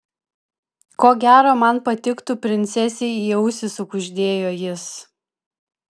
ko gero man patiktų princesei į ausį sukuždėjo jis